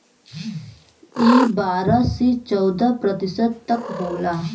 ई बारह से चौदह प्रतिशत तक होला